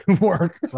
work